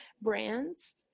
brands